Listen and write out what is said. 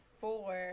four